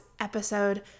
episode